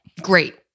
Great